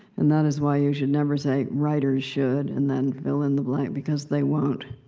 and that is why you should never say, writers should, and then fill in the blank, because they won't.